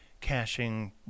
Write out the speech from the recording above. caching